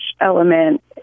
element